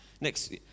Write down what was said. next